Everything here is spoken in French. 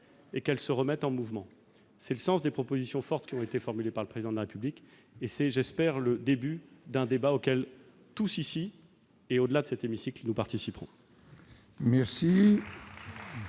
et qu'elle se remette en mouvement. C'est le sens des propositions fortes qui ont été formulées par le Président de la République et c'est, je l'espère, le début d'un débat auquel nous tous participerons,